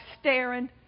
staring